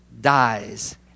dies